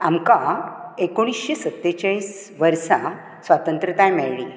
आमकां एकोणशे सत्तेचाळीस वर्सा स्वतंत्रताय मेळ्ळी